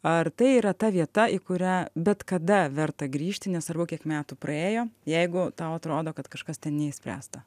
ar tai yra ta vieta į kurią bet kada verta grįžti nesvarbu kiek metų praėjo jeigu tau atrodo kad kažkas ten neišspręsta